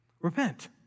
repent